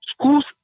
schools